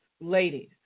ladies